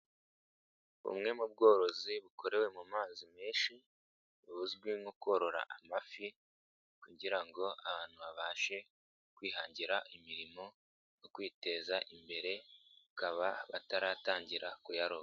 Bumwe mu bworozi bukorewe mu mazi menshi buzwi nko korora amafi kugira ngo abantu babashe kwihangira imirimo no kwiteza imbere, bakaba bataratangira kuyarora.